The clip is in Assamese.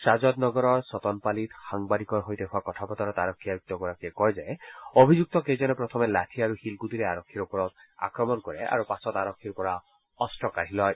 খাদনগৰৰ চতনপলীত সাংবাদিকৰ সৈতে হোৱা কথা বতৰাত আৰক্ষী আয়ুক্তগৰাকীয়ে কয় যে অভিযুক্তকেইজনে প্ৰথমে লাঠি আৰু শিলণ্ডটিৰে আৰক্ষীৰ ওপৰত আক্ৰমণ কৰে আৰু পাছত আৰক্ষীৰ পৰা অস্ত্ৰ কাঢ়ি লয়